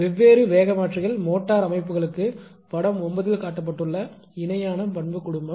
வெவ்வேறு வேக மாற்றிகள் மோட்டார் அமைப்புகளுக்கு படம் 9 இல் காட்டப்பட்டுள்ள இணையான பண்பு குடும்பம்